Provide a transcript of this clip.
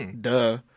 Duh